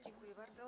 Dziękuję bardzo.